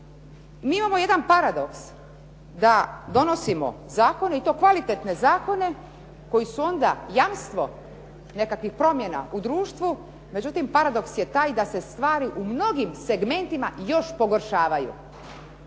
Mi imamo jedan paradoks da donosimo zakone i to kvalitetne zakone koji su onda jamstvo nekakvih promjena u društvu, međutim paradoks je taj da se stvari u mnogim segmentima još pogoršavaju.